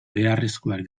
beharrezkoak